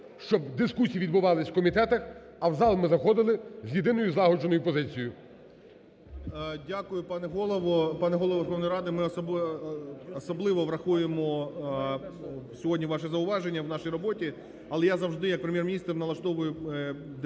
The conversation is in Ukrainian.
Дякую, пане голово,